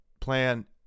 plan